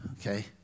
Okay